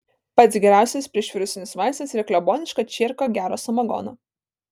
pats geriausias priešvirusinis vaistas yra kleboniška čierka gero samagono